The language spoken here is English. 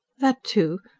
that, too.